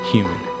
Human